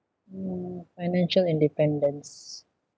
mm financial independence